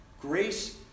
Grace